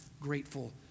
grateful